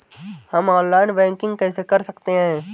हम online banking कैसे कर सकते हैं?